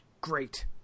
great